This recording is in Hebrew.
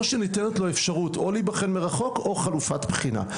או שניתנת לו אפשרות או להיבחן מרחוק או חלופת בחינה.